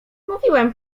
mówiłem